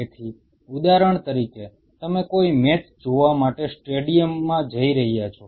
તેથી ઉદાહરણ તરીકે તમે કોઈ મેચ જોવા માટે સ્ટેડિયમ જઈ રહ્યા છો